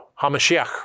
HaMashiach